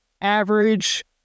average